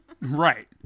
right